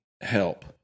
help